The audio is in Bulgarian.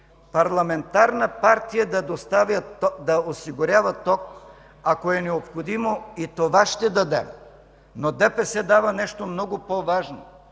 парламентарна партия да осигурява ток, ако е необходимо, и това ще дадем. Но ДПС дава нещо много по-важно